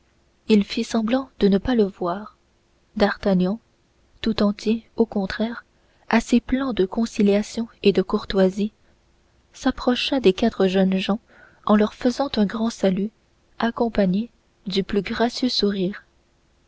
il fit semblant de ne pas le voir d'artagnan tout entier au contraire à ses plans de conciliation et de courtoisie s'approcha des quatre jeunes gens en leur faisant un grand salut accompagné du plus gracieux sourire